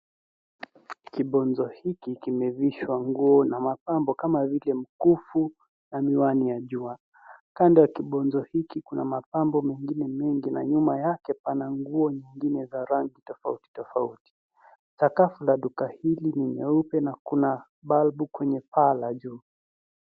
Kibonzo hiki kimevishwa nguo na mapambo kama vile mkufu na miwani ya jua. Kando ya kibonzo hiki kuna mapambo mengine mengi na nyuma yake pana nguo nyingine za rangi tofauti tofauti. Sakafu la duka hili ni nyeupe na kuna balbu kwenye paa la juu.